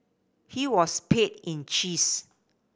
he was paid in cheese